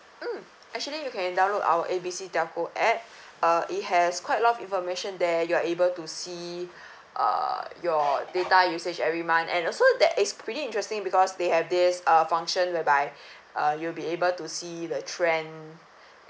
mm actually you can download our A B C telco app uh it has quite a lot of information there you are able to see uh your data usage every month and also that is pretty interesting because they have this uh function whereby uh you'll be able to see the trend